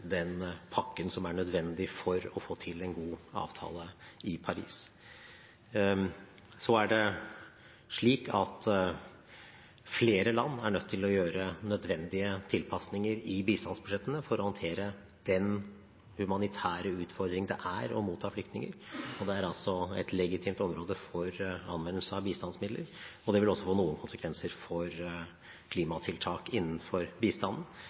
Paris. Så er det slik at flere land er nødt til å gjøre nødvendige tilpasninger i bistandsbudsjettene for å håndtere den humanitære utfordringen det er å motta flyktninger. Det er et legitimt område for anvendelse av bistandsmidler, og det vil også få noen konsekvenser for klimatiltak innenfor bistanden.